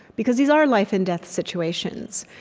because these are life and death situations.